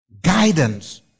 guidance